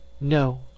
no